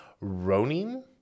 Ronin